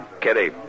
Kitty